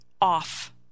off